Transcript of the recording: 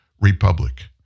republic